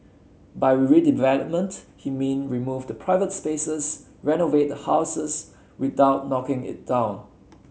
by redevelopment he mean remove the private spaces renovate the houses without knocking it down